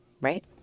Right